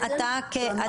אנחנו